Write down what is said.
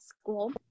school